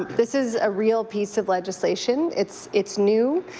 um this is a real peace of legislation. it's it's new.